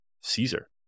Caesar